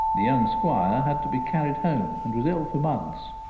the young squire had to be carried home, and was ill for months,